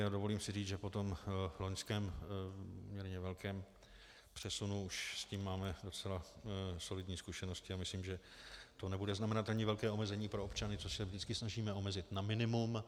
A dovolím si říct, že po tom loňském poměrně velkém přesunu už s tím máme docela solidní zkušenosti a myslím, že to nebude znamenat ani velké omezení pro občany, což se vždycky snažíme omezit na minimum.